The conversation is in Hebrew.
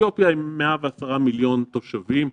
עם 110 מיליון תושבים.